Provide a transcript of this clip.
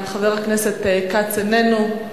חבר הכנסת כץ, איננו.